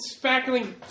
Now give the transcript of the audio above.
spackling